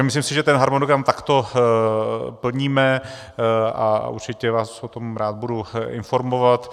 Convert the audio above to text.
Myslím si, že ten harmonogram takto plníme, a určitě vás o tom rád budu informovat.